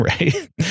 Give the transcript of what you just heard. right